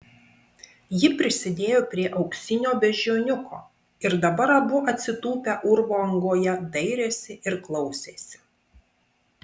ji prisidėjo prie auksinio beždžioniuko ir dabar abu atsitūpę urvo angoje dairėsi ir klausėsi